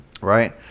right